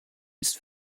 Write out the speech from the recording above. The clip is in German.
ist